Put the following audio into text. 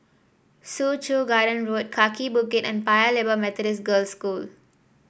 Soo Chow Garden Road Kaki Bukit and Paya Lebar Methodist Girls' School